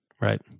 Right